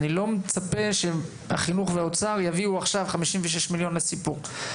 אני לא מצפה שהחינוך והאוצר יביאו עכשיו 56 מיליון לסיפוק,